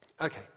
Okay